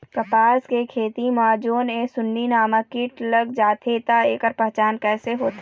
कपास के खेती मा जोन ये सुंडी नामक कीट लग जाथे ता ऐकर पहचान कैसे होथे?